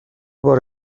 بار